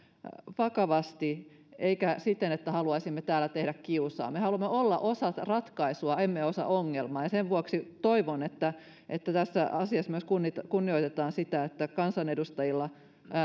vakavasti eikä siten että haluaisimme täällä tehdä kiusaa me haluamme olla osa ratkaisua emme osa ongelmaa ja sen vuoksi toivon että että tässä asiassa myös kunnioitetaan sitä että kansanedustajilla